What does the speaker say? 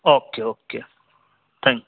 okay okay thank